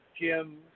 Jim